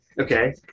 Okay